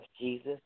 Jesus